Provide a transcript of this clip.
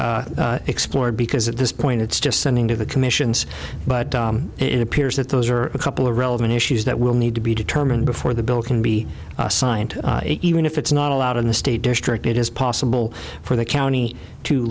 fully explored because at this point it's just sending to the commissions but it appears that those are a couple of relevant issues that will need to be determined before the bill can be signed even if it's not allowed in the state district it is possible for the county to